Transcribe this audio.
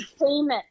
payment